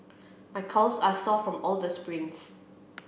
my calves are sore from all the sprints